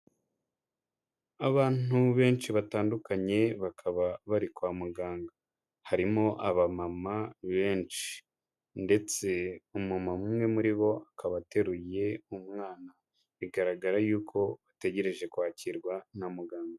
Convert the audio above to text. Abantu benshi batandukanye bakaba bari kwa muganga. Harimo abamama benshi ndetse umumama umwe muri bo akaba ateruye umwana. Bigaragara yuko bategereje kwakirwa na muganga.